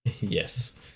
Yes